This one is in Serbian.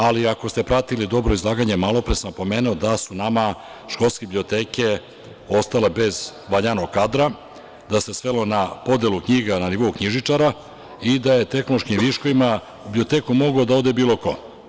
Ali, ako ste pratili dobro izlaganje, malo pre sam pomenuo da su nama školske biblioteke ostale bez valjanog kadra, da se svelo na podelu knjiga na nivou knjižničara i da je tehnološkim viškovima u biblioteku mogao da ode bilo ko.